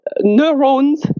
neurons